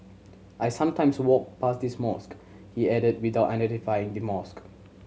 I sometimes walk past this mosque he added without identifying the mosque